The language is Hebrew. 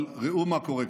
אבל ראו מה קורה כאן: